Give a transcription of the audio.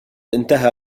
انتهى